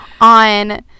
on